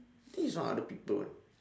I think this one other people [one]